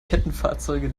kettenfahrzeuge